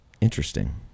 interesting